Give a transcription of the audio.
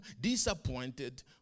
disappointed